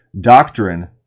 doctrine